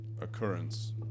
occurrence